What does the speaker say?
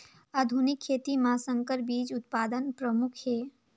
आधुनिक खेती म संकर बीज उत्पादन प्रमुख हे